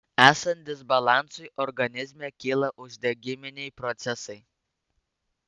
esant disbalansui organizme kyla uždegiminiai procesai